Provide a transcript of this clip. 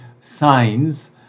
signs